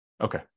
Okay